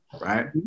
right